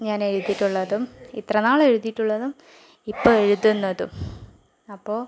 ഞാൻ എഴുതിയിട്ടുള്ളതും ഇത്രനാൾ എഴുതിയിട്ടുള്ളതും ഇപ്പോൾ എഴുതുന്നതും അപ്പോൾ